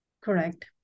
Correct